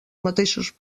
mateixos